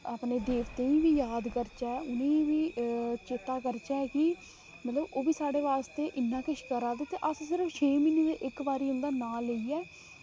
अपने देवतें गी बी याद करचै ते उनें गी बी चेता करचै की मतलब ओह्बी साढ़े आस्तै इन्ना किश करा दे की अंऊ अस भी छे म्हीने दे इक्कबारी उंदा नाम लेइयै